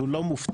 שהוא לא מובטח,